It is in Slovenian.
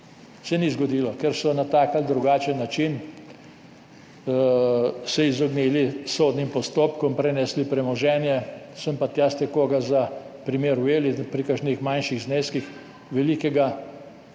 Ni se zgodilo, ker so se na tak ali drugačen način izognili sodnim postopkom, prenesli premoženje, sem pa tja ste koga za primer ujeli pri kakšnih manjših zneskih, nobenega